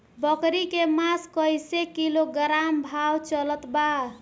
बकरी के मांस कईसे किलोग्राम भाव चलत बा?